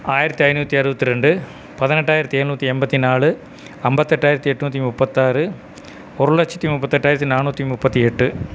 ஆயிரத்தி ஐநூற்றி அறுபத்ரெண்டு பதினெட்டாயிரத்தி எழுநூற்றி எண்பத்தி நாலு ஐம்பத்தி எட்டாயிரத்தி எண்நூத்தி முப்பத்தாறு ஒரு லட்சத்தி முப்பத்தி எட்டாயிரத்தி நானூற்றி முப்பத்தி எட்டு